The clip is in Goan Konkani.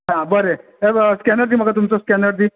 हा बरें स्कॅनर दी म्हाका तुमचो स्कॅनर दी